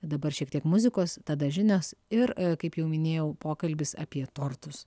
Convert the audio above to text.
dabar šiek tiek muzikos tada žinios ir kaip jau minėjau pokalbis apie tortus